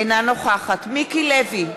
אינה נוכחת מיקי לוי,